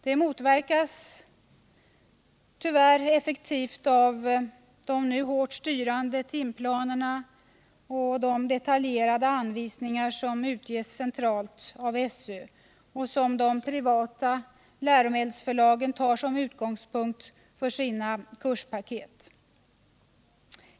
Detta motverkas tyvärr effektivt av de nu hårt styrande timplanerna och de detaljerade anvisningar som utges centralt av skolöverstyrelsen och som de privata läromedelsförlagen tar som utgångspunkt för sina kurspaket.